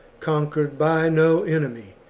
conquered by no enemy,